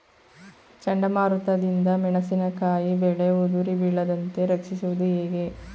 ಚಂಡಮಾರುತ ದಿಂದ ಮೆಣಸಿನಕಾಯಿ ಬೆಳೆ ಉದುರಿ ಬೀಳದಂತೆ ರಕ್ಷಿಸುವುದು ಹೇಗೆ?